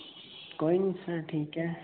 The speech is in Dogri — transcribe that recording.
कोई नी सर ठीक ऐ